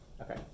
Okay